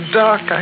dark